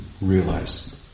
realize